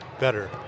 better